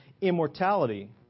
immortality